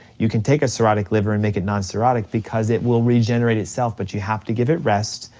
you can take a cirrhotic liver and make it non cirrhotic because it will regenerate itself, but you have to give it rest,